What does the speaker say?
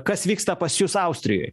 kas vyksta pas jus austrijoj